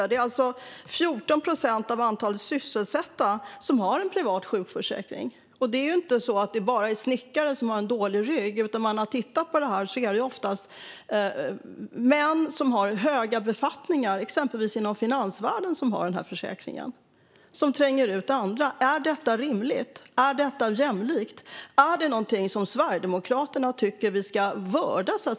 Det är alltså 14 procent av antalet sysselsatta som har en privat sjukförsäkring. Och det är inte bara snickaren med dålig rygg, utan när man har undersökt detta ser man att det oftast är män som har höga befattningar, exempelvis inom finansvärlden, som har denna försäkring och som tränger ut andra. Är detta rimligt? Är detta jämlikt? Är det någonting som Sverigedemokraterna tycker att vi ska vörda?